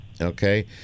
Okay